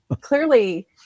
clearly